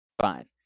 fine